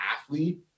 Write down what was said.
athlete